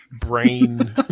brain